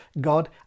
God